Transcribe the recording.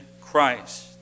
Christ